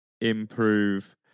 improve